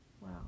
Wow